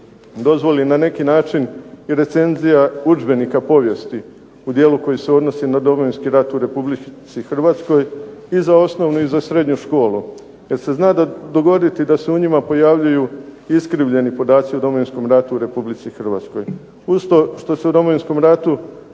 dozvoli na neki način i recenzija udžbenika povijesti u dijelu koji se odnosi na Domovinski rat u Republici Hrvatskoj i za osnovnu i za srednju školu, jer se zna dogoditi da se u njima pojavljuju iskrivljeni podaci o Domovinskom ratu u Republici Hrvatskoj. Uz to što se Domovinski rat